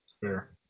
Fair